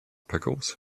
pickles